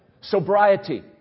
sobriety